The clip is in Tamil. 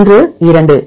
1 2